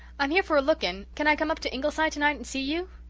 i'm here for a look-in. can i come up to ingleside tonight and see you?